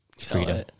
freedom